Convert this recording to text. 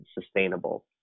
sustainable